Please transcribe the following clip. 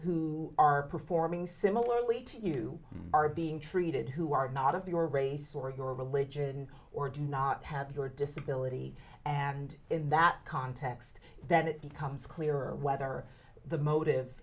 who are performing similarly to you are being treated who are not of your race or your religion or do not have your disability and in that context that it becomes clearer whether the motive